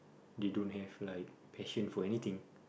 they don't have like patience for anything